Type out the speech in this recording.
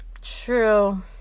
True